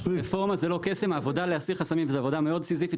הסרת חסמים זו עבודה לא פשוטה,